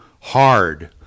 hard